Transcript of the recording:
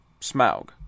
Smaug